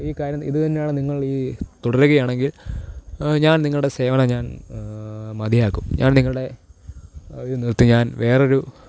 ഈ കാര്യം ഇത് തന്നെയാണ് നിങ്ങള് ഈ തുടരുകയാണെങ്കില് ഞാന് നിങ്ങളുടെ സേവനം ഞാന് മതിയാക്കും ഞാന് നിങ്ങളുടെ ഇത് നിര്ത്തി ഞാന് വേറൊരു